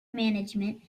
management